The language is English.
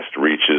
reaches